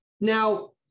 Now